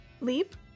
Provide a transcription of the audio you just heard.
Leap